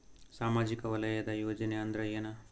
ಸಾಮಾಜಿಕ ವಲಯದ ಯೋಜನೆ ಅಂದ್ರ ಏನ?